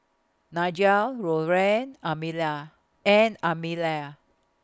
Nigel Loren Amelia and Amelia